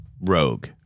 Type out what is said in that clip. rogue